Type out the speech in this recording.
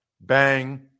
bang